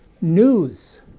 news